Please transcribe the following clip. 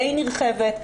די נרחבת.